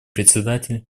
председатель